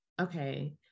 Okay